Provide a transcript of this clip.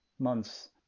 Months